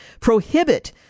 prohibit